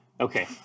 Okay